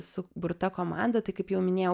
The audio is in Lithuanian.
suburta komanda tai kaip jau minėjau